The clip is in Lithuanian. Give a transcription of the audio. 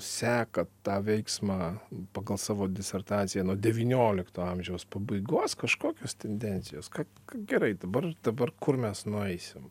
sekat tą veiksmą pagal savo disertaciją nuo devyniolikto amžiaus pabaigos kažkokios tendencijos kad gerai dabar dabar kur mes nueisim